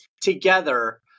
together